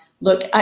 look